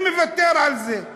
אני מוותר על זה,